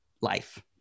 life